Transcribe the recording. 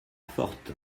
forte